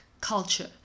culture